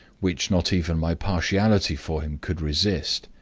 which not even my partiality for him could resist.